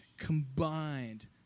Combined